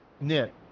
knit